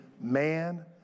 Man